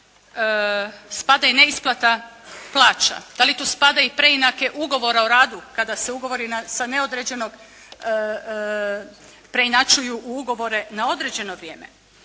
rada spada i neisplata plaća? Da li tu spadaju i preinake ugovora o radu kada se ugovori sa neodređenog preinačuju u ugovore na određeno vrijeme?